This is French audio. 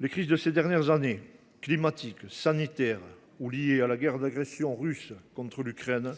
Les crises de ces dernières années, climatique, sanitaire ou liée à la guerre d’agression russe contre l’Ukraine,